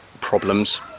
problems